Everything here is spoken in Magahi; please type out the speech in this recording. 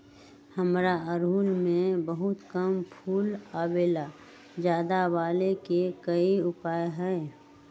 हमारा ओरहुल में बहुत कम फूल आवेला ज्यादा वाले के कोइ उपाय हैं?